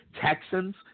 Texans